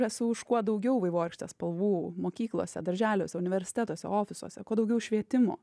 esu už kuo daugiau vaivorykštės spalvų mokyklose darželiuose universitetuose ofisuose kuo daugiau švietimo